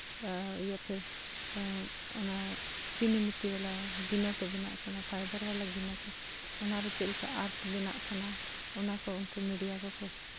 ᱭᱟ ᱯᱷᱤᱨ ᱚᱱᱟ ᱪᱤᱱᱤᱢᱟᱹᱴᱤ ᱵᱟᱞᱟ ᱜᱤᱱᱟᱹ ᱠᱚ ᱵᱮᱱᱟᱜ ᱠᱟᱱᱟ ᱯᱷᱟᱭᱵᱟᱨ ᱵᱟᱞᱟ ᱜᱤᱱᱟᱹ ᱠᱚ ᱚᱱᱟᱨᱮ ᱪᱮᱫ ᱞᱮᱠᱟ ᱟᱨᱴ ᱵᱮᱱᱟᱜ ᱠᱟᱱᱟ ᱚᱱᱟ ᱠᱚ ᱩᱱᱠᱩ ᱢᱤᱰᱤᱭᱟ ᱠᱚᱠᱚ